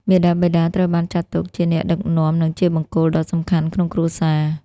មាតាបិតាត្រូវបានចាត់ទុកជាអ្នកដឹកនាំ និងជាបង្គោលដ៏សំខាន់ក្នុងគ្រួសារ។